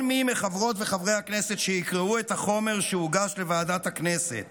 כל מי מחברות וחברי הכנסת שיקראו את החומר שהוגש לוועדת הכנסת,